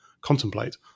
contemplate